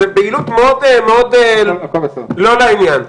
זו בהילות מאוד מאוד לא לעניין.